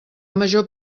major